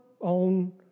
own